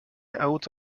out